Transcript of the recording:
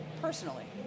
personally